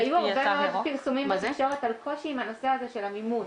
היו הרבה מאוד פרסומים בתקשורת על קושי עם הנושא הזה של המימון,